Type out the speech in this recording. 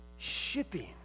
Shipping